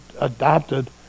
adopted